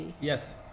yes